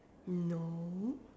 no